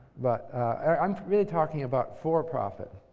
but i'm really talking about for-profit.